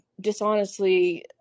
dishonestly